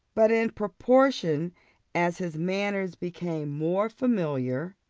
but in proportion as his manners became more familiar,